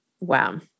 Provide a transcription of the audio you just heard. Wow